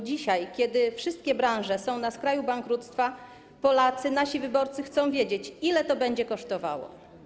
Dzisiaj, kiedy wszystkie branże są na skraju bankructwa, Polacy, nasi wyborcy, chcą wiedzieć, ile to będzie kosztowało.